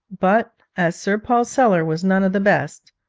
but as sir paul's cellar was none of the best,